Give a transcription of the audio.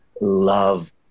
love